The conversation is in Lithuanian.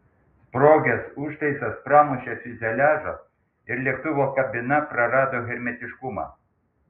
sprogęs užtaisas pramušė fiuzeliažą ir lėktuvo kabina prarado hermetiškumą